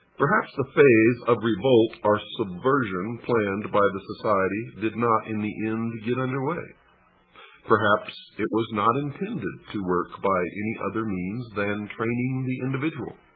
perhaps the phase of revolt or subversion planned by the society did not in the end get under way perhaps it was not intended to work by any other means than training the individual.